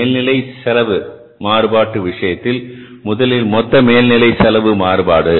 மேல் நிலை செலவு மாறுபாட்டு விஷயத்தில் முதலில் மொத்த மேல்நிலை செலவு மாறுபாடு